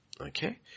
Okay